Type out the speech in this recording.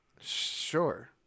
Sure